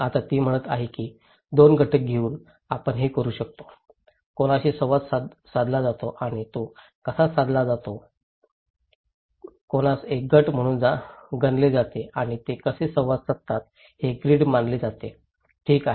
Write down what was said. आता ती म्हणत आहे की 2 घटक घेऊन आपण हे करू शकतो कोणाशी संवाद साधला जातो आणि तो कसा संवाद साधतो कोणास एक गट म्हणून गणले जाते आणि ते कसे संवाद साधतात हे ग्रीड मानले जाते ठीक आहे